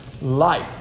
light